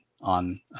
on